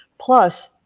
Plus